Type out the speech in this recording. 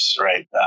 right